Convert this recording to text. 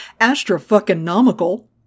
Astro-fucking-nomical